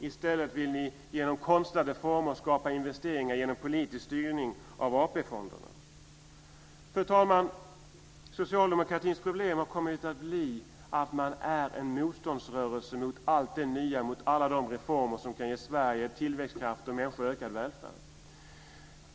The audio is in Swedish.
I stället vill ni genom konstlade former skapa investeringar genom politisk styrning av AP Fru talman! Socialdemokratins problem har kommit att bli att man är en motståndsrörelse mot allt det nya, mot alla de reformer som kan ge Sverige tillväxtkraft och människor ökad välfärd.